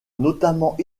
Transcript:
notamment